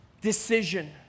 decision